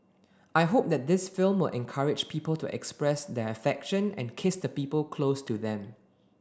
I hope that this film will encourage people to express their affection and kiss the people close to them